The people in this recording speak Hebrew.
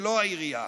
ולא העירייה.